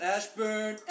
Ashburn